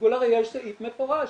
--- יש סעיף מפורש,